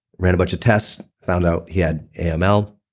ran a bunch of tests found out he had aml,